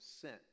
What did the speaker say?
sent